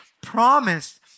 promised